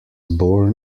born